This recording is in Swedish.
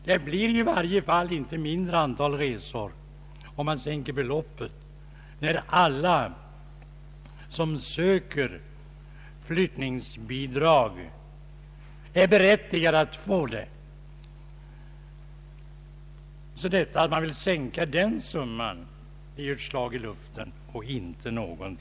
Det blir ju inte mindre antal resor för att man sänker anslaget, eftersom ändå alla som söker flyttningsbidrag är berättigade att få sådant. Detta att man vill sänka anslaget är ett slag i luften, och inte något annat.